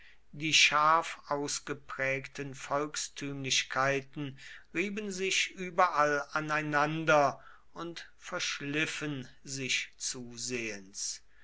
die scharf ausgeprägten volkstümlichkeiten rieben sich überall aneinander und verschliffen sich zusehends